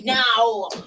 now